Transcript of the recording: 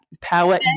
power